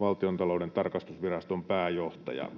Valtiontalouden tarkastusviraston pääjohtajaa.